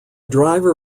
driver